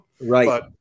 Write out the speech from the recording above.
Right